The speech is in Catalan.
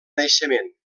naixement